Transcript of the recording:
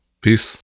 Peace